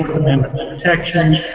amendment protections,